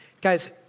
Guys